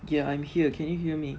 ya I'm here can you hear me